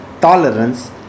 tolerance